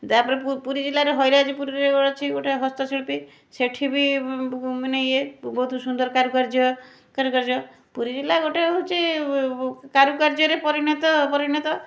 ତା'ପରେ ପୁରୀଜିଲ୍ଲାରେ ହରିରାଜପୁରରେ ଅଛି ଗୋଟେ ହସ୍ତଶିଳ୍ପୀ ସେଠିବି ମାନେ ଇଏ ସୁନ୍ଦର କାରୁକାର୍ଯ୍ୟ କାରୁକାର୍ଯ୍ୟ ପୁରୀ ଜିଲ୍ଲା ଗୋଟେ ହେଉଛି କାରୁକାର୍ଯ୍ୟରେ ପରିଣତ ପରିଣତ